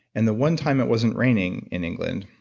and the one time it wasn't raining in england,